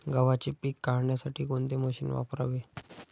गव्हाचे पीक काढण्यासाठी कोणते मशीन वापरावे?